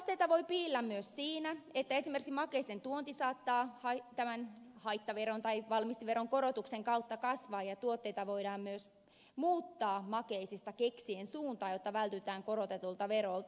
haasteita voi piillä myös siinä että esimerkiksi makeisten tuonti saattaa tämän valmisteveron korotuksen kautta kasvaa ja tuotteita voidaan myös muuttaa makeisista keksien suuntaan jotta vältytään korotetulta verolta